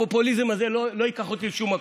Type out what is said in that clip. הפופוליזם הזה לא ייקח אותי לשום מקום.